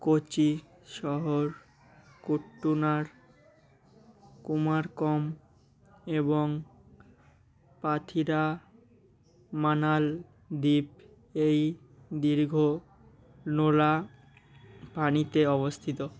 কোচি শহর কুটনার কুমার কম এবং পাথিরা মালদ্বীপ এই দীর্ঘ নোলা পানিতে অবস্থিত